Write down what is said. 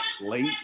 late